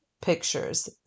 pictures